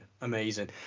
Amazing